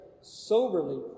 soberly